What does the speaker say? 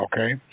okay